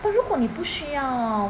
mm 但如果你不需要